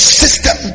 system